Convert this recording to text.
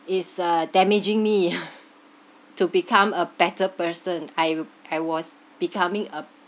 is uh damaging me to become a better person I I was becoming a